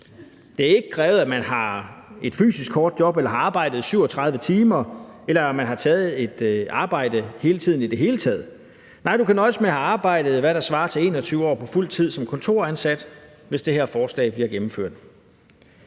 Det er ikke krævet, at man har et fysisk hårdt job eller har arbejdet i 37 timer, eller at man har taget et arbejde hele tiden i det hele taget. Nej, du kan nøjes med at have arbejdet, hvad der svarer til 21 år på fuldtid som kontoransat, hvis det her forslag bliver gennemført.